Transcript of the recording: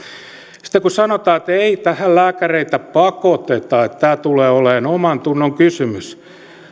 sitten kun sanotaan että ei tähän lääkäreitä pakoteta ja tämä tulee olemaan omantunnon kysymys